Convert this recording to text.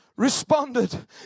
responded